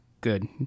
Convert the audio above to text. good